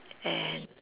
and